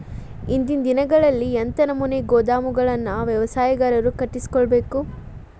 ಇಂದಿನ ದಿನಗಳಲ್ಲಿ ಎಂಥ ನಮೂನೆ ಗೋದಾಮುಗಳನ್ನು ವ್ಯವಸಾಯಗಾರರು ಕಟ್ಟಿಸಿಕೊಳ್ಳಬೇಕು?